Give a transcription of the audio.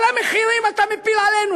כל המחירים אתה מפיל עלינו?